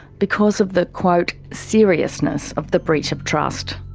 because of the quote seriousness of the breach of trust.